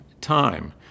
time